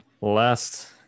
Last